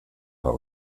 war